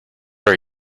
are